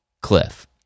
Cliff